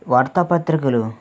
వార్తాపత్రికలు